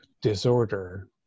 disorder